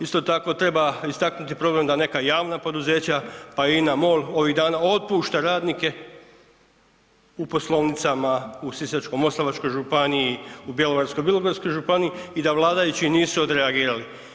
Isto tako treba istaknuti problem da neka javna poduzeća, pa i INA-MOL ovih dana otpušta radnike u poslovnicama u Sisačko-moslavačkoj županiji, u Bjelovarsko-bilogorskoj županiji i da vladajući nisu odreagirali.